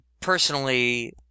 personally